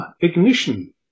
Ignition